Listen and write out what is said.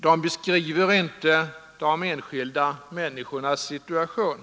De beskriver inte de enskilda människornas situation.